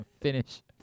finish